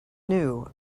knew